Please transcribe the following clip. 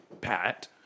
Pat